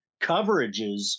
coverages